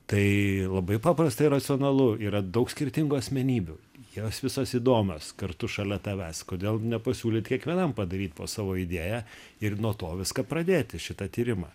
tai labai paprasta ir racionalu yra daug skirtingų asmenybių jos visos įdomios kartu šalia tavęs kodėl gi nepasiūlyti kiekvienam padaryti po savo idėją ir nuo to viską pradėti šitą tyrimą